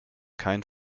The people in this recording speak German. kein